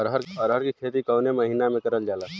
अरहर क खेती कवन महिना मे करल जाला?